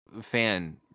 fan